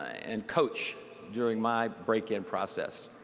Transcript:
and coach during my break in process.